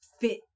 fit